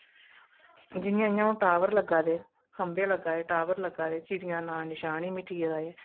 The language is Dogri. जियां जियां हून टावर लग्गा दे खंबे लग्गा दे टावर लग्गा दे चिड़ियें दा नांऽ निशान ही मिटी गेदा ऐ